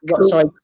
sorry